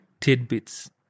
tidbits